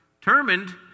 determined